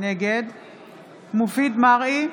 נגד מופיד מרעי,